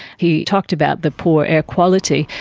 he talked about the poor air quality,